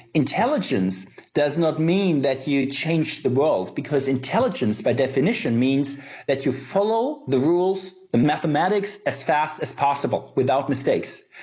intelligence does not mean that you change the world, because intelligence by definition means that you follow the rules and mathematics as fast as possible without mistakes.